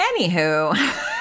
Anywho